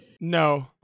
No